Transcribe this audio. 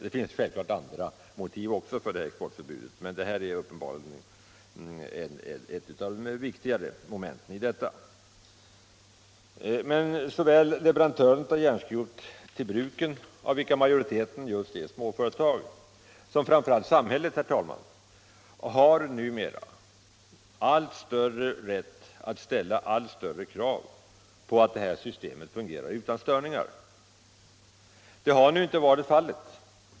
Det finns självklart andra motiv också till exportförbud, men det här förhållandet är uppenbarligen ett av de viktigare momenten. Såväl leverantörerna av järnskrot, av vilka majoriteten just är småföretag, som framför allt samhället, herr talman, har emellertid rätt att ställa allt större krav på att systemet fungerar utan störningar. Så har inte varit fallet.